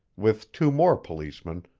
with two more policemen,